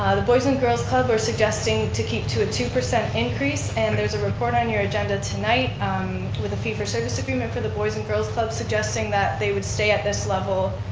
the boys and girls club we're suggesting to keep to a two percent increase and there's a report on your agenda tonight um with a fee for service agreement for the boys and girls club suggesting that they would stay at this level,